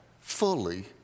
fully